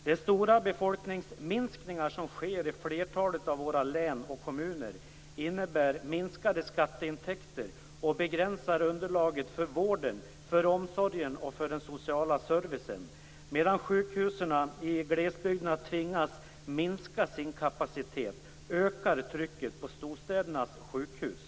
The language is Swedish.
Den stora befolkningsminskning som sker i flertalet av våra län och kommuner innebär minskade skatteintäkter och begränsar underlaget för vården, för omsorgen och för den sociala servicen. Medan sjukhusen i glesbygden tvingas minska sin kapacitet ökar trycket på storstädernas sjukhus.